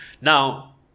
Now